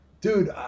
dude